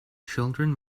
children